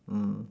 mm